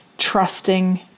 trusting